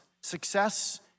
success